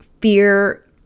fear